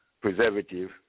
preservative